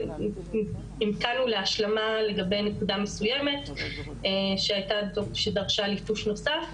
המתנו להשלמה בנוגע לנקודה מסוימת שדרשה ליטוש נוסף.